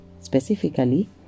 specifically